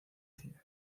cine